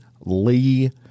Lee